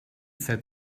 said